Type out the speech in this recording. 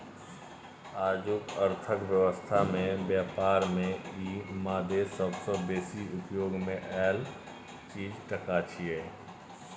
आजुक अर्थक व्यवस्था में ब्यापार में ई मादे सबसे बेसी उपयोग मे आएल चीज टका छिये